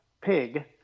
pig